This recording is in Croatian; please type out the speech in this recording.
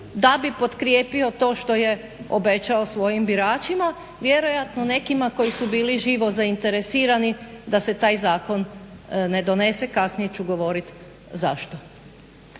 da bi potkrijepio to što je obećao svojim biračima, vjerojatno nekima koji su bili živo zainteresirani da se taj zakon ne donese, kasnije ću govoriti zašto.